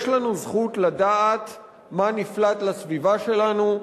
יש לנו זכות לדעת מה נפלט לסביבה שלנו,